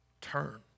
Turn